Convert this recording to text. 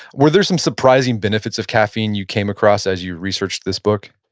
were there some surprising benefits of caffeine you came across as you researched this book?